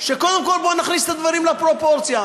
שקודם כול נכניס את הדברים לפרופורציה.